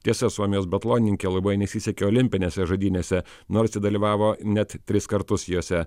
tiesa suomijos biatlonininkei labai nesisekė olimpinėse žaidynėse nors ji dalyvavo net tris kartus jose